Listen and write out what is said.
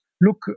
Look